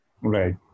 Right